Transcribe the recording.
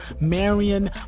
Marion